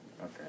Okay